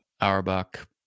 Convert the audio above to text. Auerbach